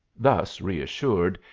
thus reassured,